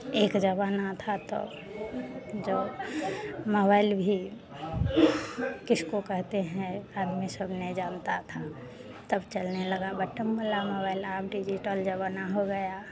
एक ज़ुबान थी तो जब मोबाइल भी किसको कहते हैं आदमी सब नहीं जानता था तब चलने लगा बटन वाला मोबाइल आज डिजिटल ज़माना हो गया